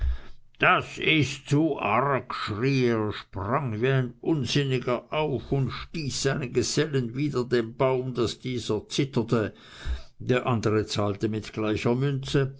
das ist zu arg schrie er sprang wie ein unsinniger auf und stieß seinen gesellen wider den baum daß dieser zitterte der andere zahlte mit gleicher münze